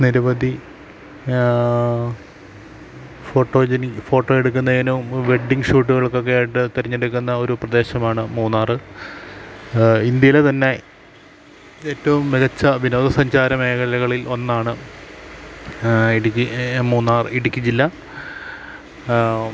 നിരവധി ഫോട്ടോജനി ഫോട്ടോ എടുക്കുന്നതിനും വെഡ്ഡിംഗ് ഷൂട്ടുകൾക്കൊക്കെ ആയിട്ട് തെരഞ്ഞെടുക്കുന്ന ഒരു പ്രദേശമാണ് മൂന്നാറ് ഇന്ത്യയിലെ തന്നെ ഏറ്റവും മികച്ച വിനോദസഞ്ചാര മേഖലകളിൽ ഒന്നാണ് ഇടുക്കി മൂന്നാർ ഇടുക്കി ജില്ല